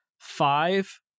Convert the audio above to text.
five